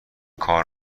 کار